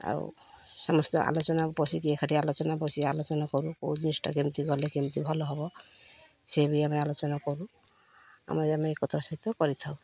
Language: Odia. ଆଉ ସମସ୍ତେ ଆଲୋଚନା ବସିକି ଏକାଠି ଆଲୋଚନା ବସିି ଆଲୋଚନା କରୁ କେଉଁ ଜିନିଷଟା କେମିତି ଗଲେ କେମିତି ଭଲ ହବ ସେ ବି ଆମେ ଆଲୋଚନା କରୁ ଆମେ ଆମେ ଏକଥା ସହିତ କରିଥାଉ